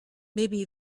maybe